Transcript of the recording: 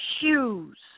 shoes